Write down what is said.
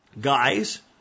Guys